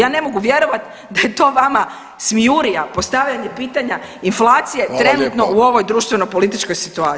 Ja ne mogu vjerovat da je to vama smijurija, postavljanje pitanja inflacije trenutno u ovoj društveno političkoj situaciji.